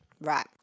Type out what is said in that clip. Right